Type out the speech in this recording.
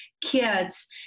kids